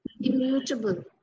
immutable